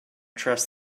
trust